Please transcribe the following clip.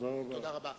תודה רבה.